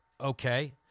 Okay